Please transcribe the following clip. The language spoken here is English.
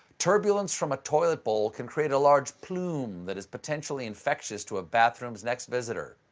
turbulence from a toilet bowl can create a large plume that is potentially infectious to a bathroom's next visitor.